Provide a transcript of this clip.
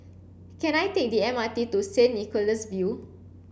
can I take the M R T to St Nicholas View